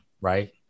right